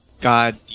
god